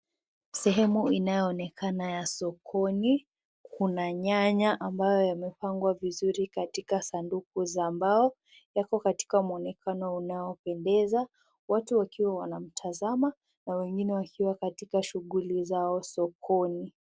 Sehemu inayonekana ya sokoni. Kuna nyanya ambayo yamepangwa vizuri katika sanduku za mbao. Yako katika mwonekano unaopendeza. Watu wakiwa wanamtazama na wengine wakiwa katika shughuli zao sokoni.